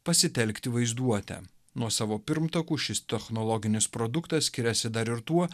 pasitelkti vaizduotę nuo savo pirmtakų šis technologinis produktas skiriasi dar ir tuo